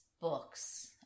books